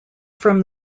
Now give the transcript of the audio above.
from